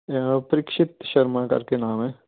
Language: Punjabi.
ਪ੍ਰੀਕਸ਼ਿਤ ਸ਼ਰਮਾ ਕਰਕੇ ਨਾਮ ਹੈ